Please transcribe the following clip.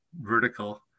vertical